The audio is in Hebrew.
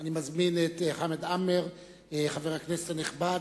אני מזמין את חמד עמאר, חבר הכנסת הנכבד.